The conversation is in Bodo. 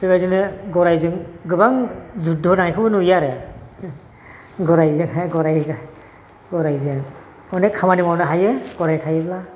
बिबायदिनो गरायजों गोबां जुध' नांनायखौ नुयो आरो गरायजोंहाय गरायजों अनेख खामानि मावनो हायो गराय थायोब्ला